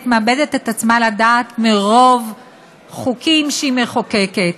מאבדת את עצמה לדעת מרוב חוקים שהיא מחוקקת.